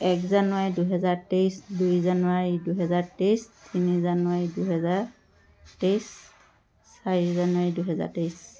এক জানুৱাৰী দুহেজাৰ তেইছ দুই জানুৱাৰী দুহেজাৰ তেইছ তিনি জানুৱাৰী দুহেজাৰ তেইছ চাৰি জানুৱাৰী দুহেজাৰ তেইছ